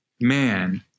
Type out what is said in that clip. man